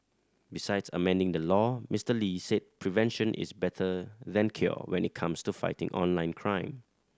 besides amending the law Mister Lee said prevention is better than cure when it comes to fighting online crime